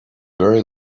very